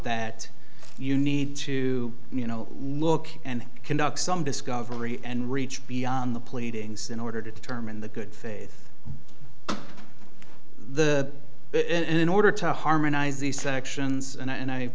that you need to you know look and conduct some discovery and reach beyond the pleadings in order to determine the good faith the in order to harmonize the sections and i